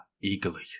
eagerly